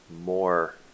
more